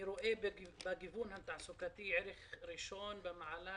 "אני רואה בגיוון התעסוקתי ערך ראשון במעלה,